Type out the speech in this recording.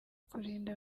kurinda